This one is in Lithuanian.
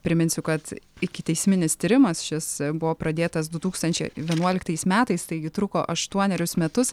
priminsiu kad ikiteisminis tyrimas šis buvo pradėtas du tūkstančiai vienuoliktais metais taigi truko aštuonerius metus